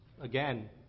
again